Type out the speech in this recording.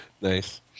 Nice